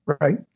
Right